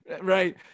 Right